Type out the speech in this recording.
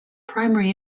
primary